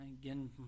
again